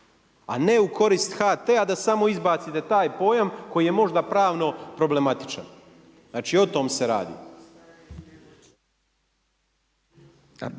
A ne u korist HT-a da samo izbacite taj pojam koji je možda pravno problematičan, znači o tome se radi.